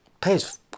pays